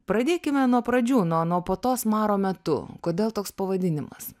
pradėkime nuo pradžių nuo nuo puotos maro metu kodėl toks pavadinimas